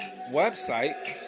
website